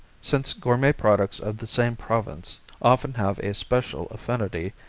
since gourmet products of the same province often have a special affinity,